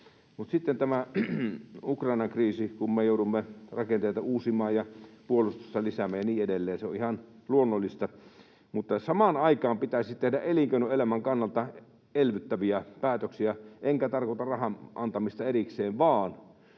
sitten Ukrainan kriisin takia me joudumme rakenteita uusimaan ja puolustusta lisäämään ja niin edelleen, ja se on ihan luonnollista. Mutta samaan aikaan pitäisi tehdä elinkeinoelämän kannalta elvyttäviä päätöksiä, enkä tarkoita rahan antamista erikseen, vaan